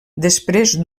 després